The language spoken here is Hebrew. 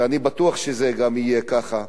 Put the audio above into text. ואני בטוח שזה גם יהיה ככה.